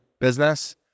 business